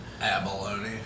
Abalone